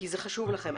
כי זה חשוב לכם.